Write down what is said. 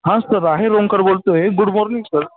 हां सर राहिल ओंकर बोलतो आहे गुड मॉर्निंग सर